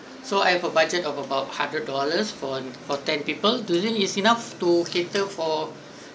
so I have a budget of about hundred dollar for for ten people do you think is enough to cater for